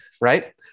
right